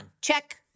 check